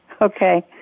Okay